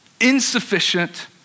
insufficient